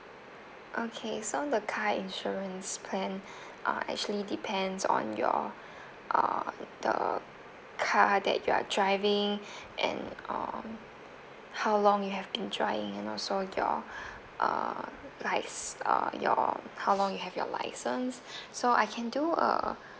okay so the car insurance plan uh actually depends on your uh the car that you are driving and um how long you have been driving and also your uh lic~ uh your how long you have your licence so I can do a